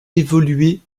évoluée